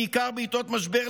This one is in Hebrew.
בעיקר בעיתות משבר,